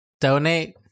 Donate